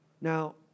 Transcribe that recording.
Now